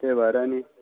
त्यही भएर नि